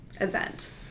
event